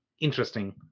interesting